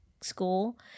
school